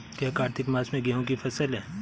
क्या कार्तिक मास में गेहु की फ़सल है?